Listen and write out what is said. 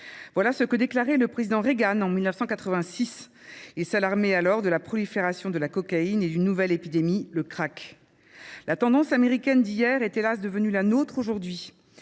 Voilà ce que déclarait le Président Reagan en 1986 et s'alarmer alors de la prolifération de la cocaïne et d'une nouvelle épidémie, le crack. La tendance américaine d'hier est hélas devenue la nôtre aujourd'hui.